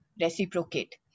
reciprocate